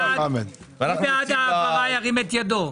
מי בעד ההעברה ירים את ידו.